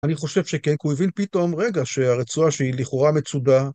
אני חושב שקנק הוא הבין פתאום רגע שהרצועה שהיא לכאורה מצודה.